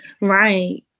Right